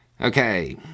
Okay